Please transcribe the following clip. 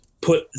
put